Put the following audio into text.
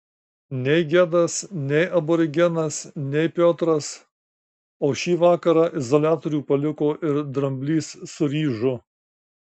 nei gedas nei aborigenas nei piotras o šį vakarą izoliatorių paliko ir dramblys su ryžu